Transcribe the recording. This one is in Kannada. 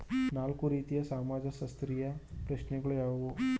ನಾಲ್ಕು ರೀತಿಯ ಸಮಾಜಶಾಸ್ತ್ರೀಯ ಪ್ರಶ್ನೆಗಳು ಯಾವುವು?